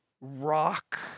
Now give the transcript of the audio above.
rock